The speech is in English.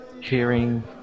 hearing